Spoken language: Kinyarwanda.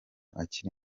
akiri